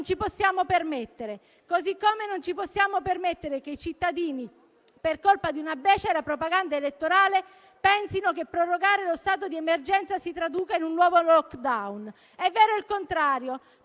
ci possiamo permettere. Così come non ci possiamo permettere che i cittadini, per colpa di una becera propaganda elettorale, pensino che prorogare lo stato di emergenza si traduca in un nuovo *lockdown*. È vero il contrario: